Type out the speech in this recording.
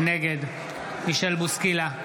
נגד מישל בוסקילה,